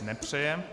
Nepřeje.